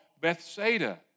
Bethsaida